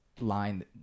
line